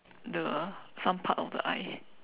the some part of the eye